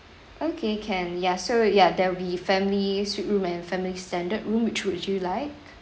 okay can ya so ya that will be family suite room and family standard room which would you like